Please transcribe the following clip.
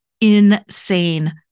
insane